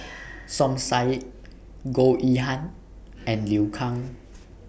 Som Said Goh Yihan and Liu Kang